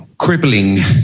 Crippling